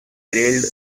grilled